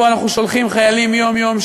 שבה אנחנו שולחים חיילים יום-יום,